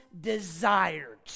desired